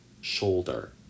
shoulder